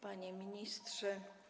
Panie Ministrze!